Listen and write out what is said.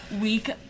week